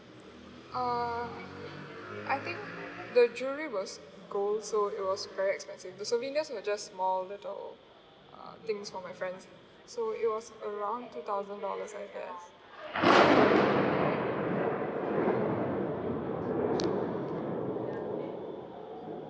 uh I think the jewelery was gold so it was very expensive the souvenirs were just small little uh things for my friends so it was around two thousand dollars I guess